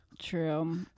True